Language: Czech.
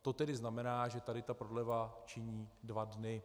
To tedy znamená, že tato prodleva činí dva dny.